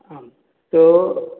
आं तो